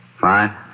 Fine